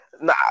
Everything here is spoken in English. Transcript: Nah